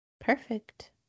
Perfect